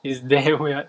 is damn weird